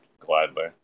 Gladly